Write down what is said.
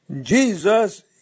Jesus